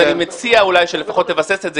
אז אני מציע אולי שלפחות תבסס את זה,